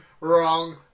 wrong